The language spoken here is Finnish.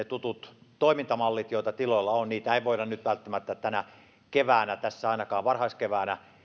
tuttuja toimintamalleja joita tiloilla on ei voida nyt välttämättä tänä keväänä ainakaan tässä varhaiskeväällä